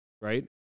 right